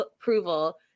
approval